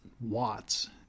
watts